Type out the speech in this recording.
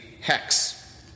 hex